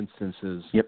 instances